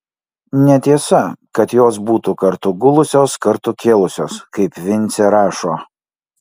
netiesa kad jos būtų kartu gulusios kartu kėlusios kaip vincė rašo